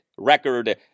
record